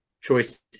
Choice